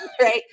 right